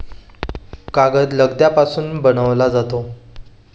कागद लगद्यापासून बनविला जातो